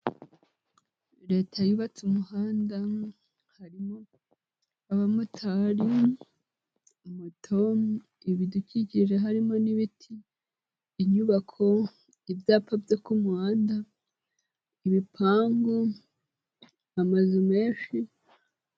Leta yubatse umuhanda, harimo abamotari, moto, ibidukikije harimo n'ibiti, inyubako, ibyapa byo ku muhanda, ibipangu, amazu menshi.